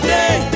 day